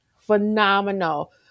phenomenal